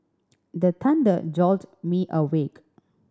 the thunder jolt me awake